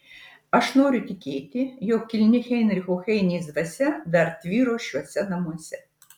aš noriu tikėti jog kilni heinricho heinės dvasia dar tvyro šiuose namuose